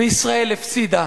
וישראל הפסידה.